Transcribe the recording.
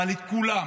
אבל את כולם,